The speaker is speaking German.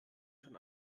schon